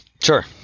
Sure